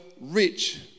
rich